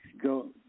go